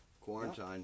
Quarantine